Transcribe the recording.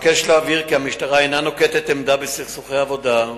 אבקש להבהיר כי המשטרה אינה נוקטת עמדה בסכסוכי עבודה,